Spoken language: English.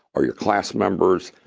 or your class members.